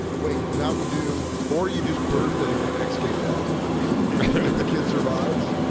wait, mountain dew or you just birth in at x games athlete. if the kid survives.